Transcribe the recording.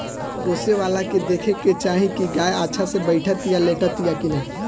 पोसेवला के देखे के चाही की गाय अच्छा से बैठतिया, लेटतिया कि ना